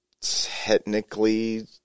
technically